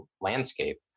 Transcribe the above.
landscape